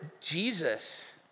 Jesus